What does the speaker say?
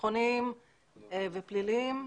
ביטחוניים ופליליים.